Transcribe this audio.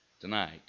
Tonight